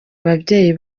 ababyeyi